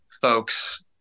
folks